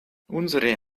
unsere